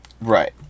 Right